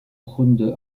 runde